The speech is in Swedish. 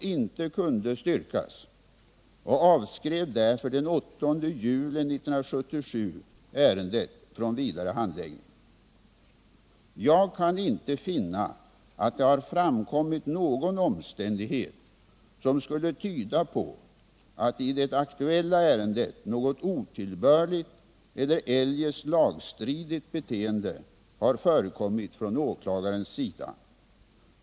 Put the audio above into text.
Jag kan inte finna att det har framkommit någon omständighet som skulle tyda på att I det aktuella ärendet något otillbörligt eler eljest lagstridigt beteende har förekommit från åklagarens sida.